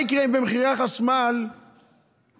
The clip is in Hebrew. מה יקרה אם במחירי החשמל נסבסד